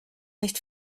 nicht